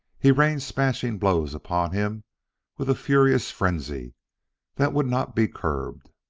he rained smashing blows upon him with a furious frenzy that would not be curbed.